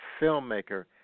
filmmaker